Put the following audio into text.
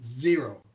zero